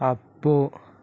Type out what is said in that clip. అప్పు